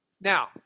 Now